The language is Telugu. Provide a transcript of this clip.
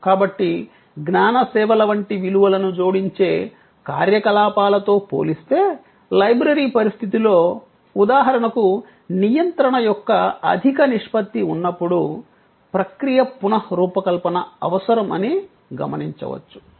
కాబట్టి జ్ఞాన సేవల వంటి విలువలను జోడించే కార్యకలాపాలతో పోలిస్తే లైబ్రరీ పరిస్థితిలో ఉదాహరణకు నియంత్రణ యొక్క అధిక నిష్పత్తి ఉన్నప్పుడు ప్రక్రియ పునఃరూపకల్పన అవసరం అని గమనించవచ్చు